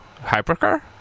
hypercar